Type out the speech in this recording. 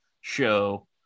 show